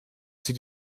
sie